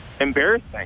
embarrassing